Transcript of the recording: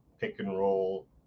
pick-and-roll